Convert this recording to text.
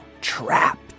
Trapped